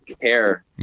care